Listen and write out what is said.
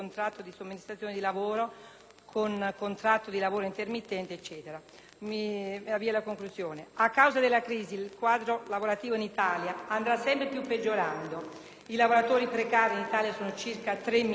con contratto di lavoro intermittente e così via. A causa della crisi, il quadro lavorativo in Italia andrà sempre più peggiorando. I lavoratori precari in Italia sono circa 3 milioni e a molti